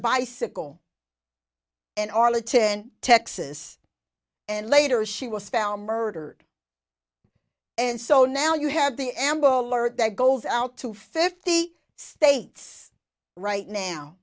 bicycle in arlington texas and later she was found murdered and so now you have the amber alert that goes out to fifty states right now